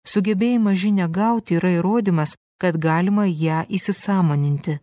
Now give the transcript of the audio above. sugebėjimas žinią gauti yra įrodymas kad galima ją įsisąmoninti